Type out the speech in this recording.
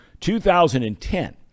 2010